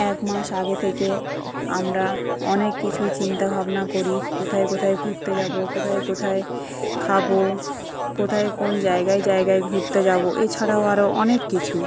এক মাস আগে থেকে আমরা অনেক কিছু চিন্তাভাবনা করি কোথায় কোথায় ঘুরতে যাব কোথায় কোথায় খাব কোথায় কোন জায়গায় জায়গায় ঘুরতে যাব এছাড়াও আরো অনেক কিছু